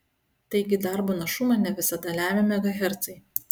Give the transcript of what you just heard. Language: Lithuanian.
taigi darbo našumą ne visada lemia megahercai